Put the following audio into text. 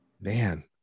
man